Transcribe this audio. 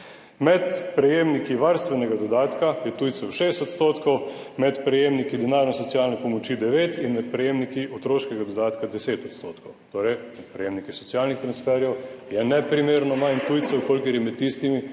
Med prejemniki varstvenega dodatka je tujcev 6 odstotkov, med prejemniki denarne socialne pomoči 9 in med prejemniki otroškega dodatka 10 odstotkov, torej med prejemniki socialnih transferjev je neprimerno manj tujcev, kolikor je med tistimi,